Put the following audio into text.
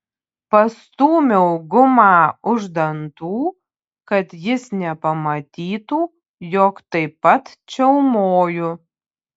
pastūmiau gumą už dantų kad jis nepamatytų jog taip pat čiaumoju